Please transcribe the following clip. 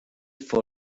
for